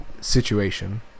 situation